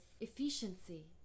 efficiency